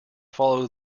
follow